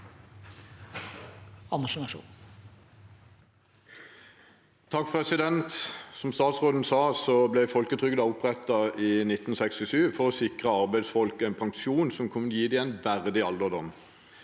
Andersen (FrP) Som statsråden sa, ble folketrygden opprettet i 1967 for å sikre arbeidsfolk en pensjon som kunne gi dem en verdig alderdom.